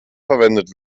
verwendet